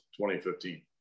2015